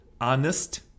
Honest